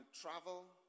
travel